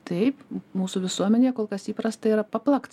taip mūsų visuomenėj kol kas įprasta yra paplakt